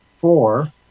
four